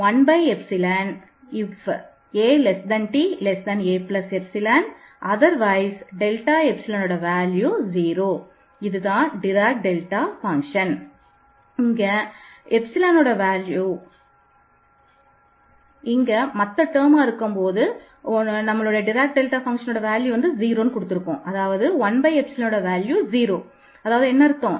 அடுத்ததாக நாம் Dirac delta வரையறுத்து உள்ளோம்